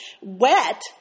wet